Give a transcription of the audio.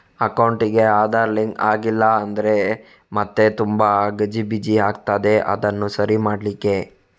ಅಕೌಂಟಿಗೆ ಆಧಾರ್ ಲಿಂಕ್ ಆಗ್ಲಿಲ್ಲ ಅಂದ್ರೆ ಮತ್ತೆ ತುಂಬಾ ಗಜಿಬಿಜಿ ಆಗ್ತದೆ ಅದನ್ನು ಸರಿ ಮಾಡ್ಲಿಕ್ಕೆ